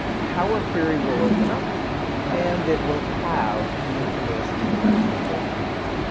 power query will open up and it will have the information from that table in it.